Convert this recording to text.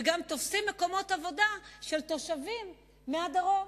וגם תופסים מקומות עבודה של תושבים מהדרום.